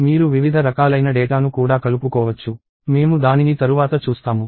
మీరు వివిధ రకాలైన డేటాను కూడా కలుపుకోవచ్చు మేము దానిని తరువాత చూస్తాము